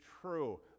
true